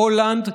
הולנד,